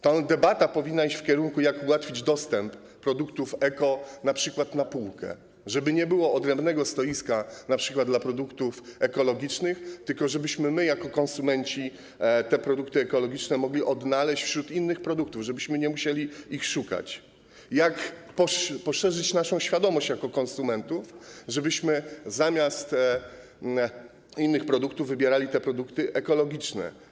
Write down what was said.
Ta debata powinna iść w kierunku tego, jak ułatwić dostęp do produktów eko - np. na półce, żeby nie było odrębnego stoiska dla produktów ekologicznych, tylko żebyśmy my jako konsumenci te produkty ekologiczne mogli odnaleźć wśród innych produktów, żebyśmy nie musieli ich szukać - i jak poszerzyć naszą świadomość jako konsumentów, żebyśmy zamiast innych produktów wybierali produkty ekologiczne.